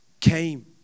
came